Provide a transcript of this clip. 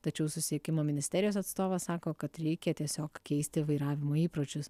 tačiau susisiekimo ministerijos atstovas sako kad reikia tiesiog keisti vairavimo įpročius